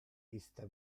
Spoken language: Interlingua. iste